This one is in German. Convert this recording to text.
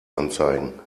anzeigen